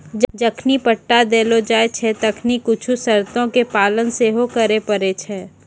जखनि पट्टा देलो जाय छै तखनि कुछु शर्तो के पालन सेहो करै पड़ै छै